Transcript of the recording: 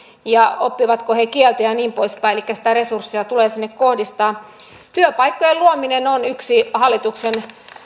ja oppivatko he kieltä ja niin poispäin elikkä sitä resurssia tulee sinne kohdistaa työpaikkojen luominen on yksi hallituksen